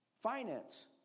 Finance